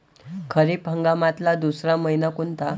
खरीप हंगामातला दुसरा मइना कोनता?